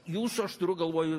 jūsų aš turiu galvoj